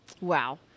Wow